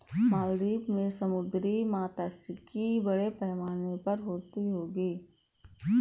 मालदीव में समुद्री मात्स्यिकी बड़े पैमाने पर होती होगी